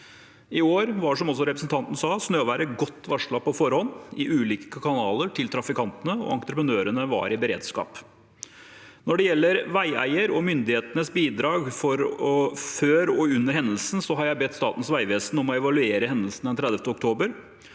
Sve også sa, var snøværet i år godt varslet på forhånd i ulike kanaler til trafikantene, og entreprenørene var i beredskap. Når det gjelder veieiers og myndighetenes bidrag før og under hendelsen, har jeg bedt Statens vegvesen om å evaluere hendelsene den 30. oktober.